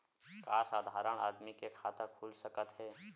का साधारण आदमी के खाता खुल सकत हे?